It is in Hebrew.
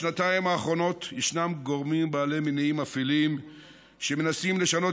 בשנתיים האחרונות ישנם גורמים בעלי מניעים אפלים שמנסים לשנות